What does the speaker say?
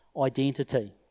identity